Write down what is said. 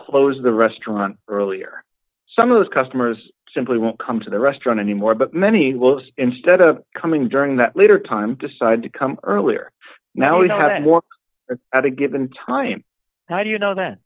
close the restaurant earlier some of those customers simply won't come to the restaurant anymore but many will instead of coming during that later time decide to come earlier now we know how to work at a given time how do you know that